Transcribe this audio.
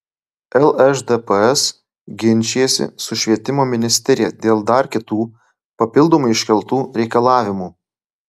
lšdps ginčijasi su švietimo ministerija dėl dar kitų papildomai iškeltų reikalavimų